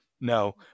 No